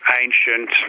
ancient